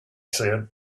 said